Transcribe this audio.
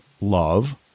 love